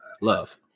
love